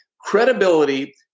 credibility